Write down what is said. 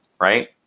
right